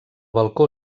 balcó